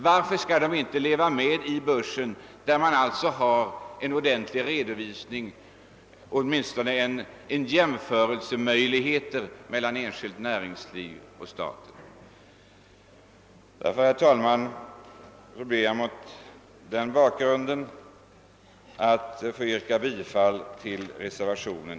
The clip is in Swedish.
Varför skall inte dessa företag förekomma på börsen, så att man åtminstone på det sättet har en möjlighet till jämförelse mellan det enskilda näringslivet och staten? Mot den bakgrunden ber jag, herr talman, att få yrka bifall till reservationen.